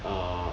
err